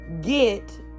get